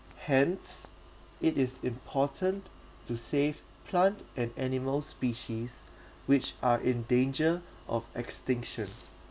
hence it is important to save plant and animal species which are in danger of extinction